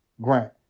grant